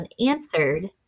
unanswered